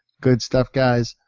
good stuff guys.